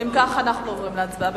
אם כך, אנחנו עוברים להצבעה.